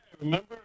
remember